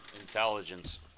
Intelligence